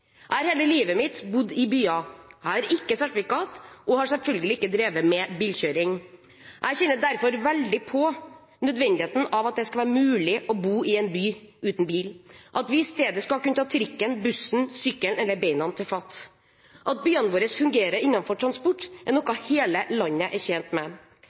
mitt liv bodd i byer. Jeg har ikke sertifikat og har selvfølgelig ikke drevet med bilkjøring. Jeg kjenner derfor veldig på nødvendigheten av at det skal være mulig å bo i en by uten bil, at vi i stedet skal kunne ta trikken, bussen, sykkelen eller beina fatt. At byene våre fungerer innenfor transport, er noe hele landet er tjent med.